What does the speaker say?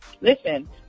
Listen